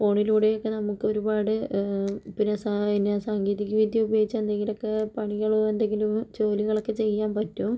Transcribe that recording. ഫോണിലൂടെയൊക്കെ നമുക്ക് ഒരുപാട് പിന്നെ സാ പിന്നെ സാങ്കേതികവിദ്യ ഉപയോഗിച്ച് എന്തെങ്കിലൊക്കെ പണികളും എന്തെങ്കിലും ജോലികളൊക്കെ ചെയ്യാൻ പറ്റും